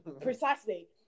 precisely